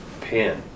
pin